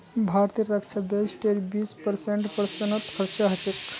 भारतेर रक्षा बजटेर बीस परसेंट पेंशनत खरचा ह छेक